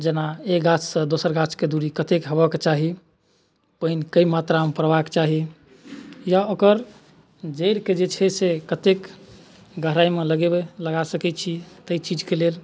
जेना एक गाछसँ दोसर गाछके दूरी कतेक हेबऽके चाही पानि कए मात्रामे पड़बाके चाही या ओकर जड़िके जे छै से कतेक गहराइमे लगेबै लगा सकै छी ताहि चीजके लेल